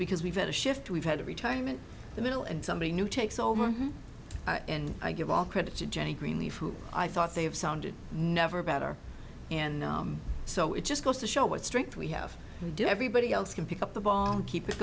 because we've had a shift we've had a retirement the middle and somebody new takes over and i give all credit to jenny greenleaf who i thought they have sounded never better and so it just goes to show what strength we have and do everybody else can pick up the ball and keep it